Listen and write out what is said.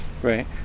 right